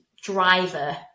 driver